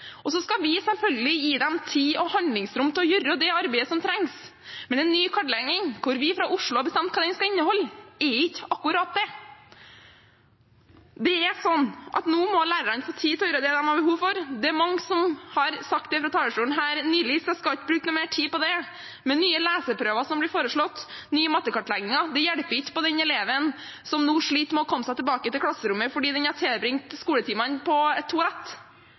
Så skal vi selvfølgelig gi dem tid og handlingsrom til å gjøre det arbeidet som trengs, men en ny kartlegging, der vi fra Oslo har bestemt inneholdet, er ikke akkurat det. Nå må lærerne få tid til å gjøre det de har behov for. Det er mange som har sagt det fra talerstolen nylig, så jeg skal ikke bruke noe mer tid på det. Nye leseprøver som blir foreslått, og nye mattekartlegginger hjelper ikke den eleven som nå sliter med å komme seg tilbake til klasserommet fordi den har tilbrakt skoletimene på et toalett.